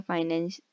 Finance